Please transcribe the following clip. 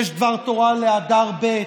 יש דבר תורה לאדר ב',